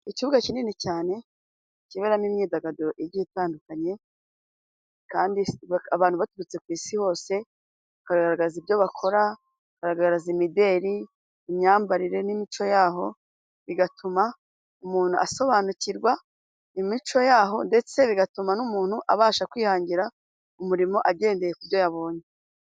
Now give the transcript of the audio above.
Ikibuga kinini cyane kiberamo imyidagaduro igiye itandukanye abantu baturutse ku isi hose bakagaragaza ibyo bakora bagaragaza imideli, imyambarire n'imico yaho, bigatuma umuntu asobanukirwa imico yaho, ndetse bigatuma n'umuntu abasha kwihangira umurimo agendeye ku byo yabonye.